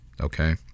Okay